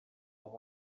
aho